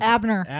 Abner